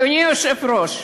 אדוני היושב-ראש,